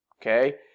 Okay